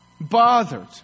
bothered